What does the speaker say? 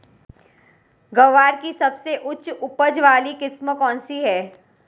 ग्वार की सबसे उच्च उपज वाली किस्म कौनसी है?